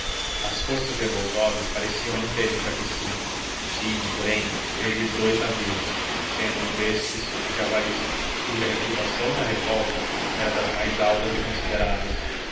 as forças revoltosas pareciam não ter enfranquecido tinham porém perdido dous navios sendo um destes o javari cuja reputação na revolta era das mais altas e consideradas